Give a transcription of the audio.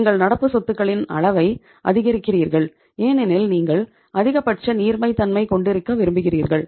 நீங்கள் நடப்பு சொத்துக்களின் அளவை அதிகரிக்கிறீர்கள் ஏனெனில் நீங்கள் அதிகபட்ச நீர்மைத்தன்மை கொண்டிருக்க விரும்புகிறீர்கள்